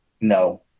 No